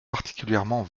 particulièrement